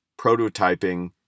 prototyping